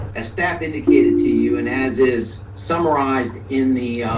as staff indicated to you and as is summarized in the